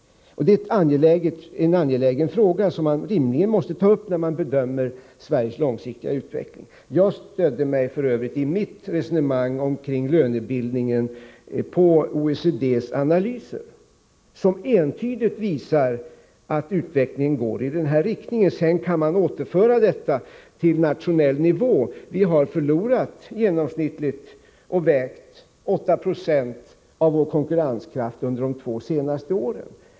Detta är en angelägen fråga som man rimligen måste ta upp när man seriöst bedömer Sveriges långsiktiga utveckling. Jag stödde mig f.ö. i mitt resonemang kring lönebildningen på OECD:s analyser, som entydigt visar att utvecklingen går i denna riktning. Sedan kan man återföra detta till nationell nivå. Vi har förlorat 8 90, genomsnittligt och vägt, av vår konkurrenskraft under de två senaste åren.